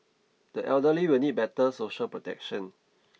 the elderly will need better social protection